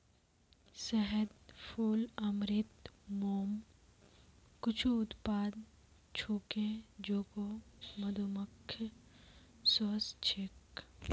शहद, फूल अमृत, मोम कुछू उत्पाद छूके जेको मधुमक्खि स व स छेक